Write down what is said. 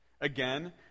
Again